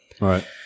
right